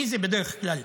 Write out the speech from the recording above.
מי זה בדרך כלל?